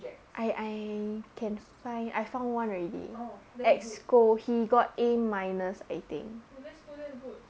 I I can find I found one already EXCO he got a minus I think